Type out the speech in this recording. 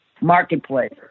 marketplace